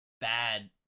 bad –